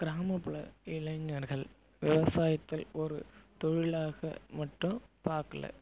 கிராமப்புற இளைஞர்கள் விவசாயத்தை ஒரு தொழிலாக மட்டும் பார்க்கல